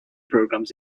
programs